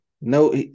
no